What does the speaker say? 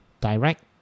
direct